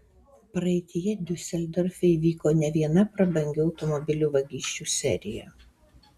praeityje diuseldorfe įvyko ne viena prabangių automobilių vagysčių serija